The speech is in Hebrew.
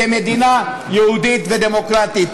כמדינה יהודית ודמוקרטית.